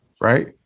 right